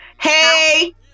Hey